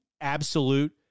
absolute